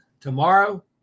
tomorrow